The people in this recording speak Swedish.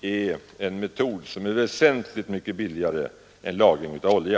är väsentligt mycket billigare än lagring av olja.